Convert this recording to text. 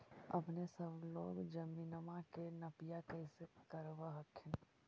अपने सब लोग जमीनमा के नपीया कैसे करब हखिन?